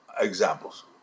examples